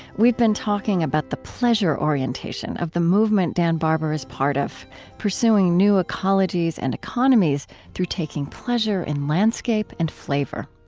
we've been talking about the pleasure-orientation of the movement dan barber is part of pursuing new ecologies and economies through taking pleasure in landscape and flavor.